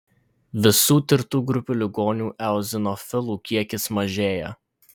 visų tirtų grupių ligonių eozinofilų kiekis mažėja